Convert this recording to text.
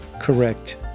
correct